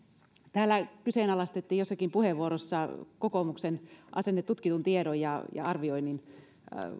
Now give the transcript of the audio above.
täällä kyseenalaistettiin jossakin puheenvuorossa kokoomuksen asenne tutkitun tiedon ja ja arvioinnin